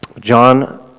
John